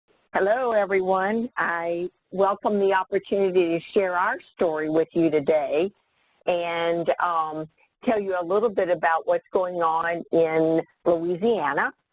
hello, everyone. i welcome the opportunity to share our story with you today and um tell you a little bit about what's going on in louisiana.